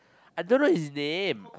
I don't know his name